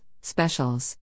Specials